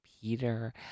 Peter